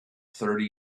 thirty